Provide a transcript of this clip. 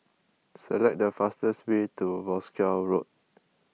select the fastest way to Wolskel Road